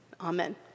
Amen